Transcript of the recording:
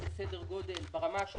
בשאר אזורי הביקוש: רמלה,